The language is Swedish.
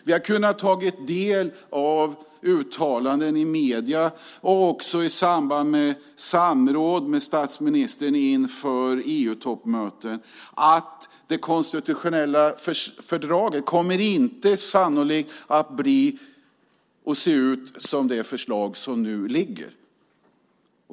Vi har kunnat ta del av uttalanden i medierna och i samband med samråd med statsministern inför EU-toppmöten om att det konstitutionella fördraget sannolikt inte kommer att se ut som det förslag som nu ligger.